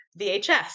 VHS